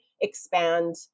expand